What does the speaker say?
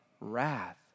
wrath